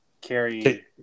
carry